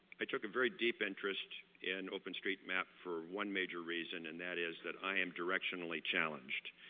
i took a very deep interest in openstreetmap for one major reason, and that is that i am directionally challenged.